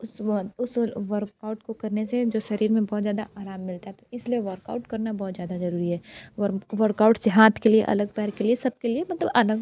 उस उस वर्कआउट को करने से जो शरीर में बहुत ज़्यादा आराम मिलता है तो इसलिए वर्कआउट करना बहुत ज़्यादा ज़रूरी है वर्म वर्कआउट से हाथ के लिए अलग पैर के लिए सबके लिए मतलब अलग